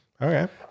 Okay